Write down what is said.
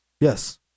yes